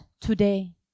today